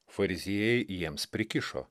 fariziejai jiems prikišo